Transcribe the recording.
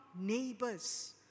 neighbors